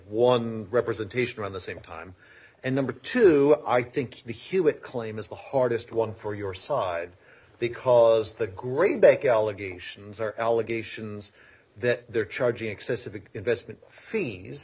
one representation on the same time and number two i think the hewitt claim is the hardest one for your side because the great bank allegations are allegations that they're charging excessive big investment fees